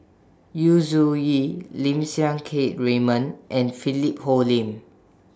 Yu Zhuye Lim Siang Keat Raymond and Philip Hoalim